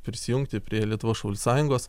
prisijungti prie lietuvos šaulių sąjungos